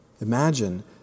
Imagine